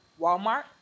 Walmart